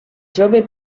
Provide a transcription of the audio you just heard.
jove